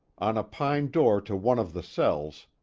on a pine door to one of the cells,